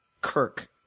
Kirk